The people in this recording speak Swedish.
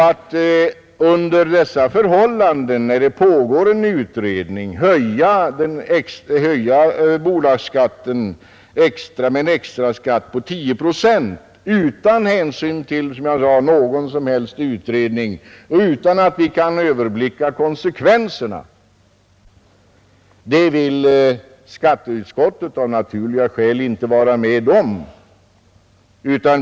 Att under dessa förhållanden höja bolagsbeskattningen med en extraskatt på 10 procent utan hänsyn till någon som helst utredning och utan att vi kan överblicka konsekvenserna vill skatteutskottet av naturliga skäl inte vara med om.